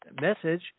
message –